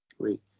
Great